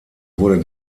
wurde